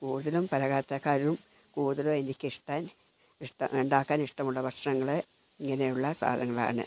കൂടുതലും പലഹാരത്തെക്കാളും കൂടുതലും എനിക്കിഷ്ടം ഉണ്ടാക്കാൻ ഇഷ്ടമുള്ള ഭക്ഷണങ്ങൾ ഇങ്ങനെയുള്ള സാധനങ്ങളാണ്